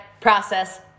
process